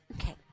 Okay